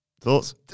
Thoughts